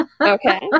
Okay